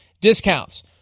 discounts